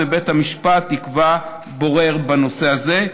ובית המשפט יקבע בורר בנושא הזה.